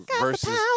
versus